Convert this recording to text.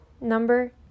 Number